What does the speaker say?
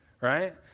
Right